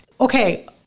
Okay